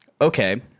okay